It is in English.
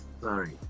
sorry